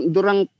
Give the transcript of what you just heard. orang